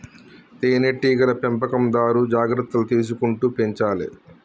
తేనె టీగల పెంపకందారు జాగ్రత్తలు తీసుకుంటూ పెంచాలే